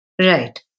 Right